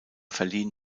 verliehen